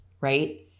Right